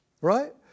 Right